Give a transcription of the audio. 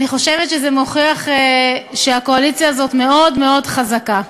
אני חושבת שזה מוכיח שהקואליציה הזאת מאוד מאוד חזקה.